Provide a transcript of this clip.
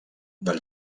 del